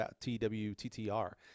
T-W-T-T-R